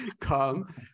come